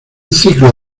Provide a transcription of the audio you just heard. ciclo